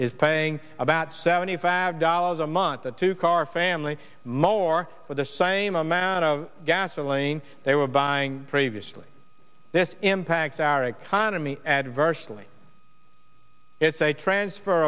is paying about seventy five dollars a month a two car family more for the same amount of gasoline they were buying previously this impacts our economy adversely it's a transfer